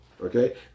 okay